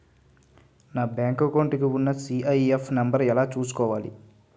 నా bank account కి ఉన్న సి.ఐ.ఎఫ్ నంబర్ ఎలా చూసుకోవాలి?